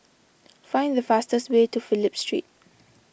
find the fastest way to Phillip Street